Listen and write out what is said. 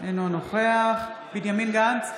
אינו נוכח בנימין גנץ,